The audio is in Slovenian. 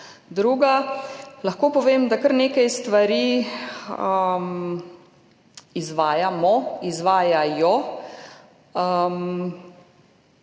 Druga. Lahko povem, da kar nekaj stvari izvajamo, izvajajo.